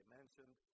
mentioned